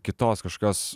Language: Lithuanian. kitos kažkokios